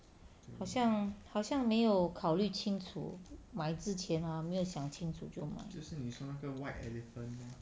好像好像没有考虑清楚买之前 hor 没想清楚就买